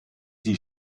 die